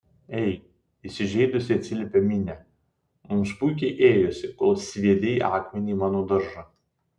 ei įsižeidusi atsiliepė minė mums puikiai ėjosi kol sviedei akmenį į mano daržą